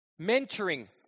Mentoring